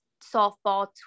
softball